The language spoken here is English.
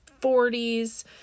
40s